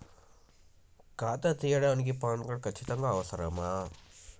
ఖాతా తీయడానికి PAN card ఖచ్చితంగా అవసరమా?